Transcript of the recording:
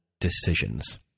decisions